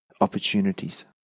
opportunities